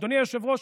אדוני היושב-ראש,